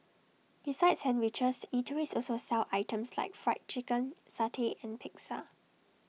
besides sandwiches eateries also sell items like Fried Chicken satay and pizza